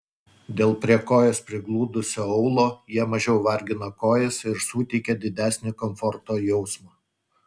dėl prie kojos prigludusio aulo jie mažiau vargina kojas ir suteikia didesnį komforto jausmą